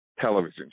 television